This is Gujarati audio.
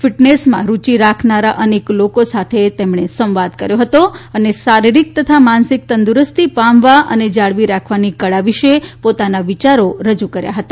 ફિટનેસમાં રુચિ રાખનાર અનેક લોકો સાથે પણ તેમણે સંવાદ કર્યો હતો અને શારીરિક તથા માનસિક તંદુરસ્તી પામવા અને જાળવી રાખવાની કળા વિશે પોતાના વિયારો શ્રી મોદીએ રજૂ કર્યા હતા